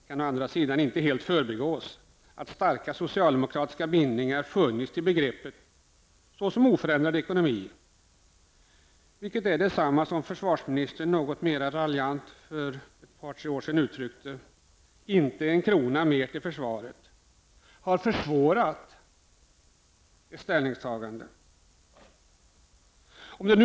Det kan dock inte helt förbigås att starka socialdemokratiska bindningar till begreppet oförändrad ekonomi -- vilket försvarsministern något mera raljant för ett par tre år sedan uttryckte med ''inte en krona mer till försvaret'' -- har försvårat ställningstagandet.